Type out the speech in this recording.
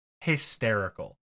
hysterical